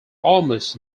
almost